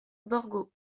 borgo